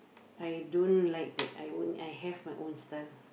I don't like that I won't I have my own style